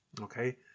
okay